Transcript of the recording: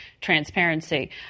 transparency